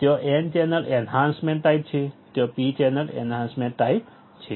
ત્યાં N channel enhancement type છે ત્યાં P ચેનલ એન્હાન્સમેન્ટ ટાઈપ છે